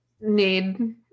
need